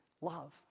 love